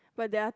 but they are